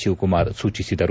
ಶಿವಕುಮಾರ್ ಸೂಚಿಸಿದರು